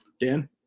Dan